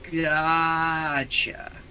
Gotcha